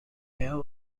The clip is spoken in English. bell